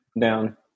Down